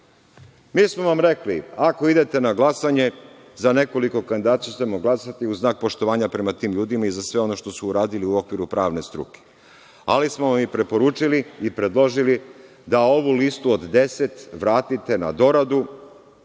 smo vam rekli, ako idete na glasanje, za nekoliko kandidata ćemo glasati u znak poštovanja prema tim ljudima i za sve ono što su uradili u okviru pravne struke, ali smo vam preporučili i predložili da ovu listu od deset vratite na doradu,